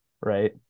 right